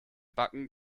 backen